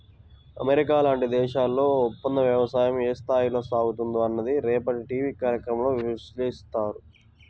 America లాంటి దేశాల్లో ఒప్పందవ్యవసాయం ఏ స్థాయిలో సాగుతుందో అన్నది రేపటి టీవీ కార్యక్రమంలో విశ్లేషిస్తారు